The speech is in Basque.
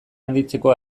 handitzeko